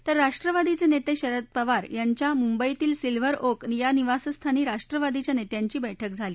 तर राष्ट्रवादीचे नेते शरद पवार यांच्या मुंबईतील सिल्व्हर ओक निवासस्थानी राष्ट्रवादीच्या नेत्यांची बैठक झाली